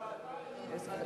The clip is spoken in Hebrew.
שעתיים,